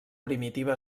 primitiva